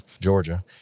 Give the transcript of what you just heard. Georgia